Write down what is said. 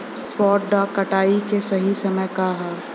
सॉफ्ट dough कटाई के सही समय का ह?